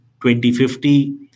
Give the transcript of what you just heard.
2050